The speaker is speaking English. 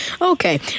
Okay